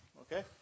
Okay